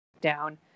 down